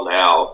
now